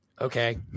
okay